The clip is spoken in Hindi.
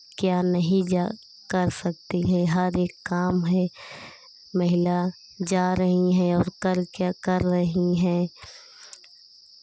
क्या नहीं जा कर सकती हैं हर एक काम है महिला जा रही हैं और करके कर रही हैं